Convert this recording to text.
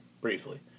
briefly